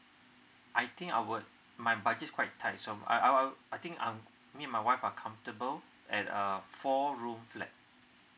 I think our my budget is quite tight so um I think um me my wife are comfortable at a four room flat